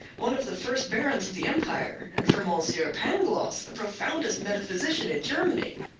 one of the first barons of the empire, and for monsieur pangloss, the profoundest metaphysician in germany?